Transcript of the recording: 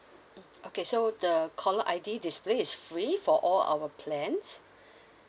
mm okay so the caller I_D display is free for all our plans